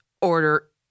order